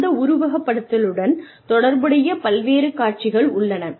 அந்த உருவகப்படுத்துதலுடன் தொடர்புடைய பல்வேறு காட்சிகள் உள்ளன